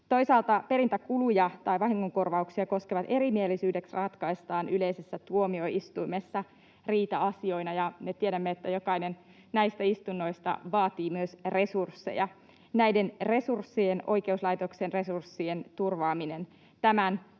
Toisaalta perintäkuluja tai vahingonkorvauksia koskevat erimielisyydet ratkaistaan yleisessä tuomioistuimessa riita-asioina, ja me tiedämme, että jokainen näistä istunnoista vaatii myös resursseja. Myös näiden resurssien, oikeuslaitoksen resurssien, turvaaminen tämän